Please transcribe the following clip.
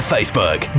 Facebook